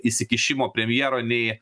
įsikišimo premjero nei